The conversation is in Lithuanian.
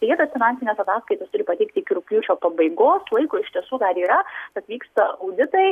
tai jie tas finansines ataskaitas turi pateikti iki rugpjūčio pabaigos laiko iš tiesų dar yra atvyksta auditai